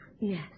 Yes